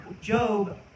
Job